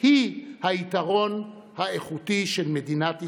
היא היתרון האיכותי של מדינת ישראל.